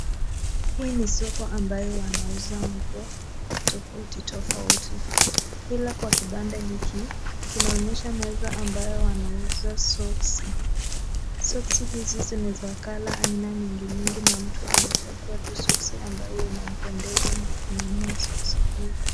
Hii ni soko ambayo wanauza nguo tofauti tofauti. Ila kwa kibanda hiki, kinaonyesha meza ambayo wanauza soksi. Soksi hizi ni za [color] aina mingi mingi na mtu anachagua tu soksi ambayo inampendeza na kununua soksi hiyo.